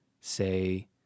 say